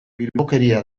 bilbokeria